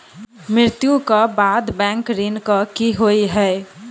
मृत्यु कऽ बाद बैंक ऋण कऽ की होइ है?